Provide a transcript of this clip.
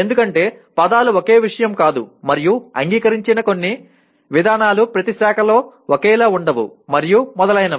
ఎందుకంటే పదాలు ఒకే విషయం కాదు మరియు అంగీకరించిన కొన్ని విధానాలు ప్రతి శాఖలో ఒకేలా ఉండవు మరియు మొదలైనవి